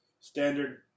standard